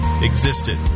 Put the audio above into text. existed